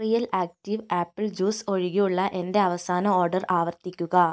real active apple juice ഒഴികെയുള്ള എന്റെ അവസാന ഓർഡർ ആവർത്തിക്കുക